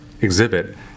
exhibit